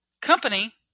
company